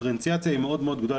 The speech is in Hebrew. הדיפרנציאציה היא מאוד מאוד גדולה,